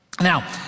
Now